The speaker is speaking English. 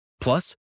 Plus